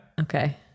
Okay